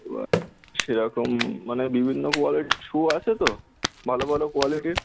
এবার সেরকম মানে বিভিন্ন কোয়ালিটির শু আছে তো ভালো ভালো কোয়ালিটির